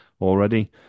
already